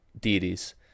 deities